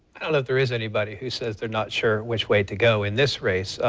i don't know if there is anybody who says they're not sure which way to go in this race.